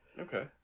Okay